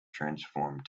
transformed